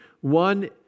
One